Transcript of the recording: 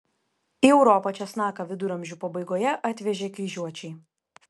į europą česnaką viduramžių pabaigoje atvežė kryžiuočiai